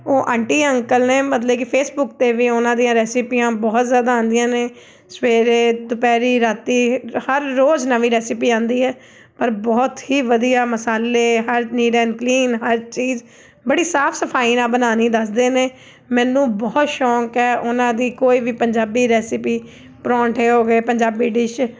ਉਹ aunty uncle ਨੇ ਮਤਲਬ ਕਿ ਫੇਸਬੁੱਕ 'ਤੇ ਵੀ ਉਹਨਾਂ ਦੀਆਂ ਰੈਸਪੀਆਂ ਬਹੁਤ ਜ਼ਿਆਦਾ ਆਉਂਦੀਆਂ ਨੇ ਸਵੇਰੇ ਦੁਪਹਿਰੇ ਰਾਤੀ ਹਰ ਰੋਜ਼ ਨਵੀਂ ਰੈਸਪੀ ਆਉਂਦੀ ਹੈ ਪਰ ਬਹੁਤ ਹੀ ਵਧੀਆ ਮਸਾਲੇ ਹਰ ਨੀਟ ਐਂਡ ਕਲੀਨ ਹਰ ਚੀਜ਼ ਬੜੀ ਸਾਫ਼ ਸਫ਼ਾਈ ਨਾਲ ਬਣਾਉਣੀ ਦੱਸਦੇ ਨੇ ਮੈਨੂੰ ਬਹੁਤ ਸ਼ੌਂਕ ਹੈ ਉਹਨਾਂ ਦੀ ਕੋਈ ਵੀ ਪੰਜਾਬੀ ਰੈਸਿਪੀ ਪਰੋਂਠੇ ਹੋ ਗਏ ਪੰਜਾਬੀ ਡਿਸ਼